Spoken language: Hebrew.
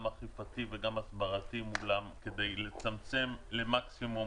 גם אכיפתי וגם הסברתי כדי לצמצם למקסימום